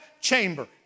chamber